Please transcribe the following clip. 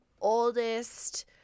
oldest